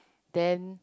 then